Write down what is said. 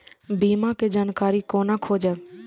बीमा के जानकारी कोना खोजब?